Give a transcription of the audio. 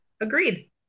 agreed